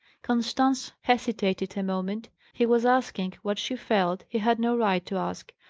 constance hesitated a moment. he was asking what she felt he had no right to ask.